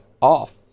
off